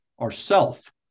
ourself